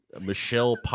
Michelle